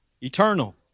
Eternal